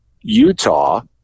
Utah